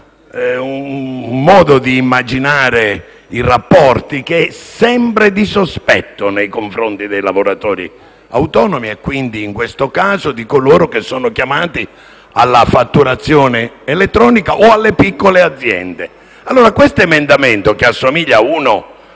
un modo di immaginare i rapporti sempre di sospetto nei confronti dei lavoratori autonomi, e quindi, in questo caso, di coloro che sono chiamati alla fatturazione elettronica o delle piccole aziende. L'emendamento 10.100 (testo 2)/2, che assomiglia a uno